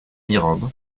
mirande